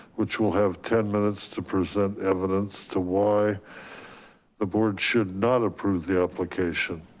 which will have ten minutes to present evidence to why the board should not approve the application.